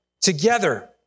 together